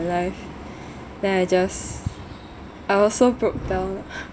life then I just I also broke down